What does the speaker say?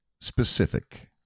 specific